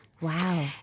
Wow